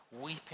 weeping